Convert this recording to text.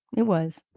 it was